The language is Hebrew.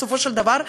בסופו של דבר,